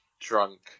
drunk